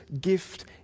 gift